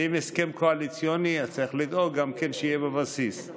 ואם הסכם קואליציוני, צריך לדאוג גם שיהיה בבסיס.